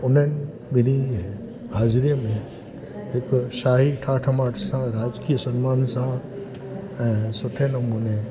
हुन ॿिनि जी हाजरीअ में हिकु शाही ठाठ माठ सां राजकीअ सन्मान सां ऐं सुठे नमूने